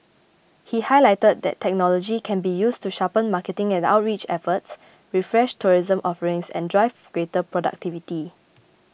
he highlighted that technology can be used to sharpen marketing and outreach efforts refresh tourism offerings and drive greater productivity